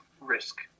risk